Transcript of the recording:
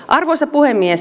arvoisa puhemies